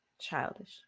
childish